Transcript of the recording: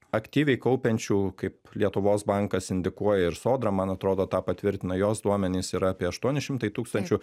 aktyviai kaupiančių kaip lietuvos bankas indikuoja ir sodra man atrodo tą patvirtina jos duomenys yra apie aštuoni šimtai tūkstančių